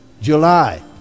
July